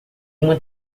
uma